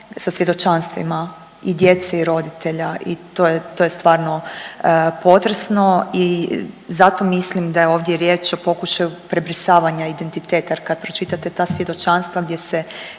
sa svjedočanstvima i djece i roditelja i to je stvarno potresno. I zato mislim da je ovdje riječ o pokušaju prebrisavanja identiteta. Jer kad pročitate ta svjedočanstva gdje se